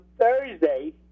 Thursday